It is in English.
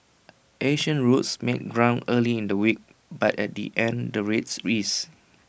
Asian routes made ground early in the week but at the end the rates eased